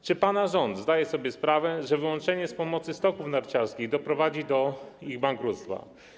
Czy pana rząd zdaje sobie sprawę, że wyłączenie z pomocy stoków narciarskich doprowadzi do ich bankructwa?